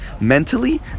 mentally